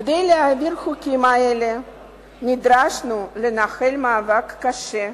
כדי להעביר חוקים אלה נדרשנו לנהל מאבק קשה כי,